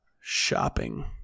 shopping